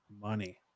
money